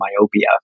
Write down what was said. myopia